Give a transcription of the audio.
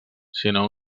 sinó